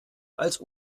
als